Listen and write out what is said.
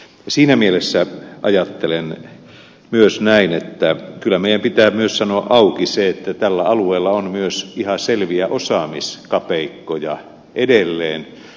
siinä mielessä ajattelen myös näin että kyllä meidän pitää myös sanoa auki se että tällä alueella on myös ihan selviä osaamiskapeikkoja edelleen